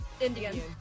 Indian